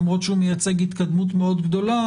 למרות שהוא מייצג התקדמות מאוד גדולה,